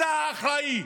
אתה האחראי.